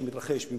שמתרחש דיון,